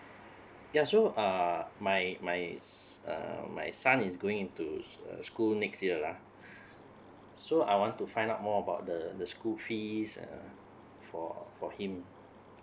yeah so uh my my s~ err my son is going into uh school next year lah so I want to find out more about the the school fees uh for for him